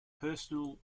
personal